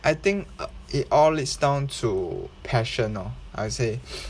I think uh it all leads down to passion orh I'd say